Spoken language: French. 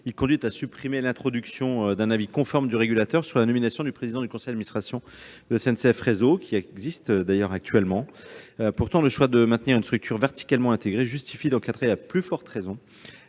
conduirait à supprimer l'introduction d'un avis conforme du régulateur sur la nomination du président du conseil administration de SNCF Réseau qui existe actuellement. Le choix de maintenir une structure verticalement intégrée justifie à plus forte raison